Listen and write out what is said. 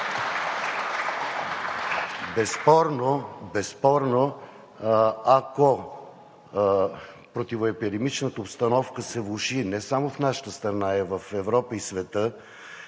Безспорно, ако противоепидемичната обстановка се влоши не само в нашата страна, а и в Европа и света,